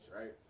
right